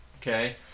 Okay